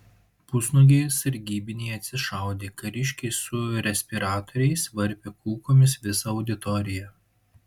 pusnuogiai sargybiniai atsišaudė kariškiai su respiratoriais varpė kulkomis visą auditoriją